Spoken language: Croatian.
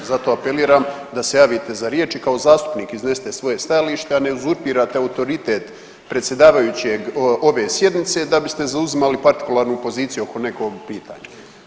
Zato apeliram da se javite za riječ i kao zastupnik iznesite svoje stajalište a ne uzurpirate autoritet predsjedavajućeg ove sjednice da biste zauzimali partikularnu poziciju oko nekog pitanja.